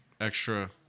Extra